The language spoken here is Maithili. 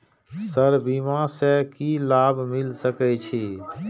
सर बीमा से की लाभ मिल सके छी?